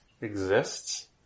exists